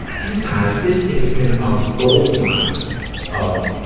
you guys, this has been a gold mine of